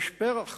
יש פרח,